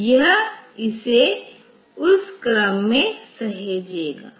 तो यह इसे उस क्रम में सहेजेंगा